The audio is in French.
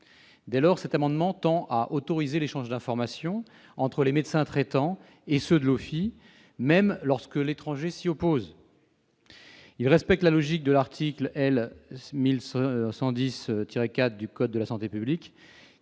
Dès lors, cet amendement tend à autoriser l'échange d'informations entre les médecins traitants et ceux de l'OFII même lorsque l'étranger s'y oppose. En ce sens, nous suivons la logique de l'article L. 1110-4 du code de la santé publique,